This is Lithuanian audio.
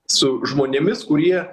su žmonėmis kurie